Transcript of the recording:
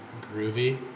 Groovy